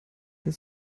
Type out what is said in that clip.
die